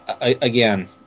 again